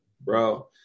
bro